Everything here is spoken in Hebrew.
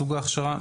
סוג ההכשרה,